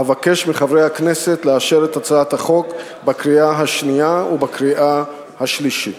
אבקש מחברי הכנסת לאשר את הצעת החוק בקריאה שנייה ובקריאה שלישית.